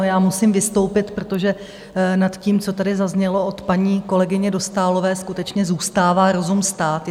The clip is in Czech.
Já musím vystoupit, protože nad tím, co tady zaznělo od paní kolegyně Dostálové, skutečně zůstává rozum stát.